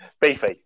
Beefy